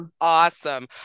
awesome